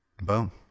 Boom